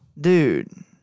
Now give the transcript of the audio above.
Dude